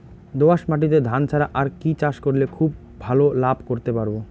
দোয়াস মাটিতে ধান ছাড়া আর কি চাষ করলে খুব ভাল লাভ করতে পারব?